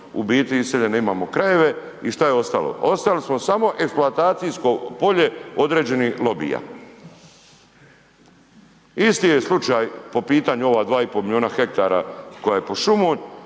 imamo iseljene krajeve. I šta je ostalo? Ostalo smo samo eksploatacijsko polje određenih lobija. Isti je slučaj po pitanju ova 2,5 milijuna hektara koja je pod šumom,